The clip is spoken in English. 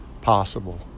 possible